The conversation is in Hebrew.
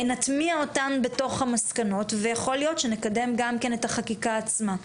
נטמיע אותם בתוך המסקנות ויכול להיות שנקדם גם כן את החקיקה עצמה.